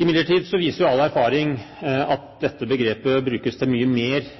Imidlertid viser all erfaring at dette begrepet brukes til mye mer